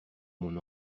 mon